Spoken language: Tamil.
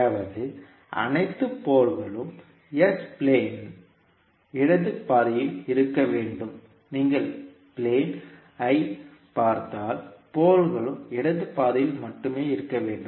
அதாவது அனைத்து போல்களும் s பிளேன் இன் இடது பாதியில் இருக்க வேண்டும் நீங்கள் பிளேன் ஐ பார்த்தால் போல்களும் இடது பாதியில் மட்டுமே இருக்க வேண்டும்